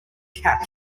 cap